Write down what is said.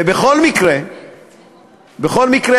בכל מקרה, אדוני,